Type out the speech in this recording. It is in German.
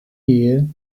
ehe